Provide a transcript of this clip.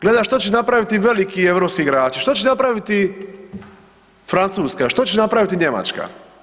Gleda što će napraviti veliki europski igrači, što će napraviti Francuska, što će napraviti Njemačka.